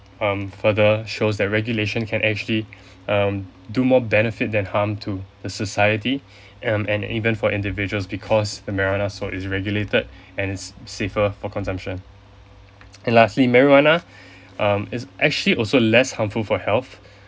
um further shows that regulation can actually um do more benefit then harm to the society um and even for individuals because marijuana so it's regulated and it's safer for consumption and lastly marijuana um is actually also less harmful for health